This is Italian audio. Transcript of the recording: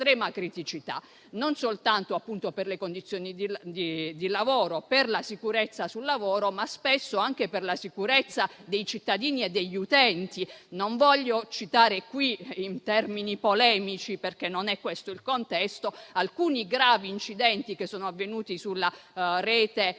non soltanto per le condizioni di lavoro e per la sicurezza sul lavoro, ma spesso anche per la sicurezza dei cittadini e degli utenti. Voglio citare qui - ma non in termini polemici, perché non è questo il contesto - alcuni gravi incidenti che sono avvenuti sulla rete